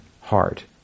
heart